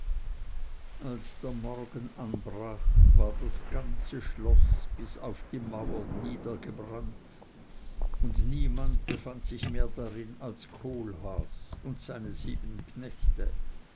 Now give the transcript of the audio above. als der morgen anbrach war das ganze schloß bis auf die mauern niedergebrannt und niemand befand sich mehr darin als kohlhaas und seine sieben knechte